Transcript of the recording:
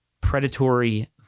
predatory